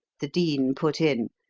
the dean put in,